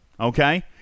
okay